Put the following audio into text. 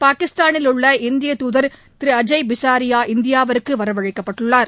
பாகிஸ்தானில் உள்ள இந்திய தூதர் திரு அஜய் பிசாரியா இந்தியாவிற்கு வரவழைக்கப்பட்டுள்ளார்